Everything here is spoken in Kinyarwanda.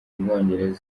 bwongereza